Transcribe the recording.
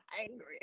angry